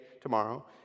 tomorrow